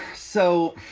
so